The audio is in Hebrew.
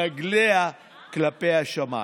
רגליה כלפי השמיים.